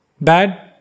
bad